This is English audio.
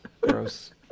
gross